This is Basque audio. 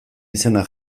izena